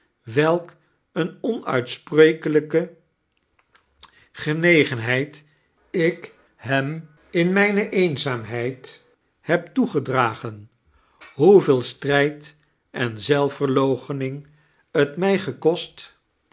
welk een onuitsprekelijke genegenheid ik hem in mijne eenzaamheid heb toegedragen hoeveel strijd en zelfverloochening t mij gekost